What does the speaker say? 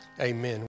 amen